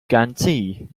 guarantee